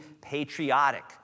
patriotic